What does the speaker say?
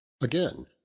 Again